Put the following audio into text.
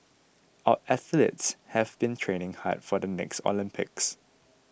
our athletes have been training hard for the next Olympics